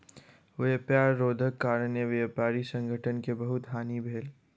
व्यापार रोधक कारणेँ व्यापारी संगठन के बहुत हानि भेल